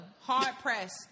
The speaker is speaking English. hard-pressed